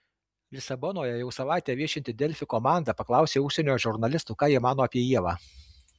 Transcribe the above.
lisabonoje jau savaitę viešinti delfi komanda paklausė užsienio žurnalistų ką jie mano apie ievą